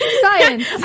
Science